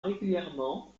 régulièrement